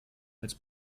als